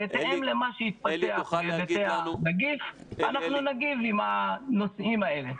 בהתאם למה שיתפתח מביצי הנגיף אנחנו נגיב עם הנושאים האלה.